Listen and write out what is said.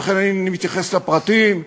ולכן אינני מתייחס לפרטים,